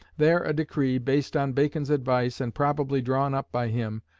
there a decree, based on bacon's advice and probably drawn up by him,